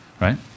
right